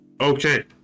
Okay